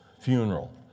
funeral